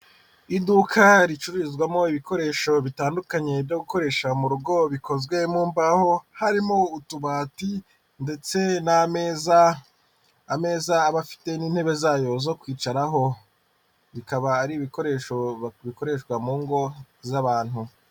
Iduka ricuruzwamo ibikoresho bitandukanye byo gukoresha mu rugo bikozwe mu mbaho harimo utubati ndetse n'ameza, ameza aba afite n'intebe zayo zo kwicaraho bikaba ari ibikoresho bikoreshwa mu ngo z'abantu.